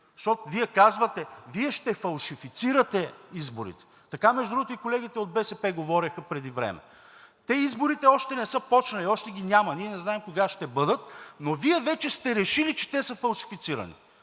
Защото Вие казвате: Вие ще фалшифицирате изборите. Така между другото и колегите от БСП говореха преди време. Те изборите още не са почнали, още ги няма, ние не знаем кога ще бъдат, но Вие вече сте решили, че те са фалшифицирани.